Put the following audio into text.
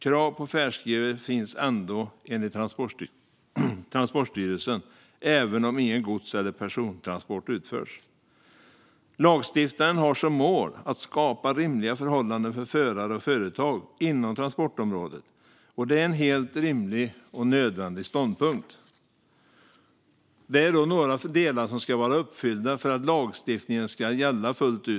Krav på färdskrivare finns ändå, enligt Transportstyrelsen, även om ingen gods eller persontransport utförs. Lagstiftaren har som mål att skapa rimliga förhållanden för förare och företag inom transportområdet, och det är en helt rimlig och nödvändig ståndpunkt. Det är några delar som ska vara uppfyllda för att lagstiftningen ska gälla fullt ut.